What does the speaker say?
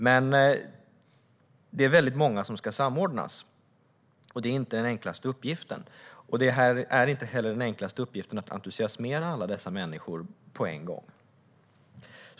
Men det är väldigt många som ska samordnas, och det är inte den enklaste uppgiften. Det är inte heller den enklaste uppgiften att entusiasmera alla dessa människor på en gång.